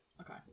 okay